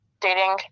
dating